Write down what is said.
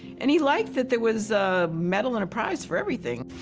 and he liked that there was a medal and a prize for everything.